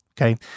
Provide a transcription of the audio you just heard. okay